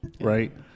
right